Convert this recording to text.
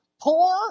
poor